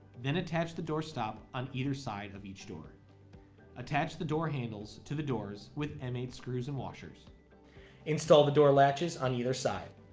then attach the doorstop on either side of each door attach the door handles to the doors with m eight screws and washers install the door latches on either side